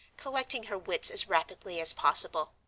collecting her wits as rapidly as possible.